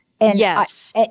Yes